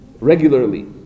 regularly